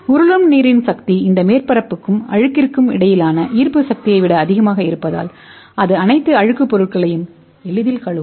உருளும் நீரின் சக்தி இந்த மேற்பரப்புக்கும் அழுக்கிற்கும் இடையிலான ஈர்ப்பு சக்தியை விட அதிகமாக இருப்பதால் அது அனைத்து அழுக்கு பொருட்களையும் எளிதில் கழுவும்